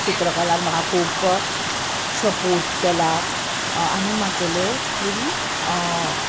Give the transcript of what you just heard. चित्रकलान म्हाका खूब सपोर्ट केला आनी म्हगेलें फूल